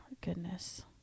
goodness